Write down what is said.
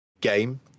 game